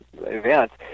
events